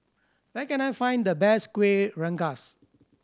where can I find the best Kueh Rengas